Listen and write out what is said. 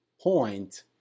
point